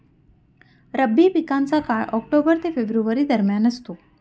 रब्बी पिकांचा काळ ऑक्टोबर ते फेब्रुवारी दरम्यान असतो